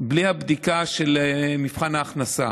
של מבחן ההכנסה.